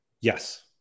Yes